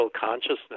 consciousness